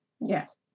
Yes